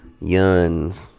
Yuns